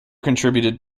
contributed